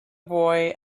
boy